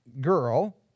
girl